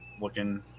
looking